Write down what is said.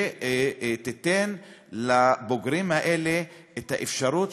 ותיתן לבוגרים האלה את האפשרות